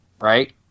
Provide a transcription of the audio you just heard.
Right